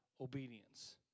obedience